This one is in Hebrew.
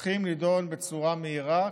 צריכים להידון בצורה מהירה.